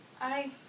I-